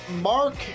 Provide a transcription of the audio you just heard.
Mark